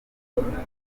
guhaguruka